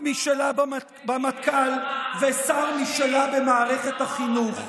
משלה במטכ"ל ושר משלה במערכת החינוך.